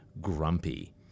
grumpy